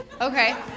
Okay